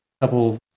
couple